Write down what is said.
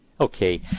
Okay